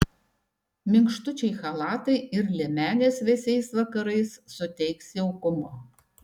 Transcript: minkštučiai chalatai ir liemenės vėsiais vakarais suteiks jaukumo